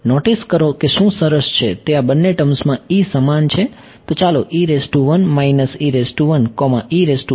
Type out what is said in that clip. તેથી નોટીસ કરો કે શું સરસ છે તે આ બંને ટર્મ્સમાં E સમાન છે તો ચાલો